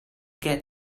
get